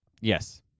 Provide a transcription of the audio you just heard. Yes